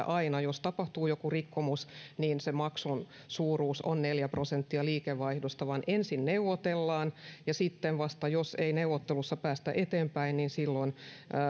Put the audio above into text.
aina jos tapahtuu joku rikkomus niin se maksun suuruus on neljä prosenttia liikevaihdosta vaan ensin neuvotellaan ja sitten vasta jos ei neuvottelussa päästä eteenpäin niin silloin